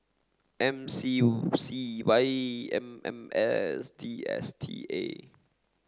M C C Y M M S D S T A